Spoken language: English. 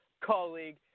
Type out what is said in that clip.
colleague